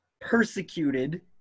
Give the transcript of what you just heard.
persecuted